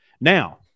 Now